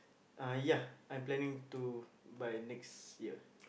ah ya I'm planning to by next year